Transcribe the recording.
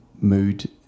mood